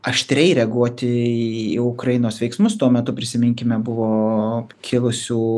aštriai reaguoti į ukrainos veiksmus tuo metu prisiminkime buvo kilusių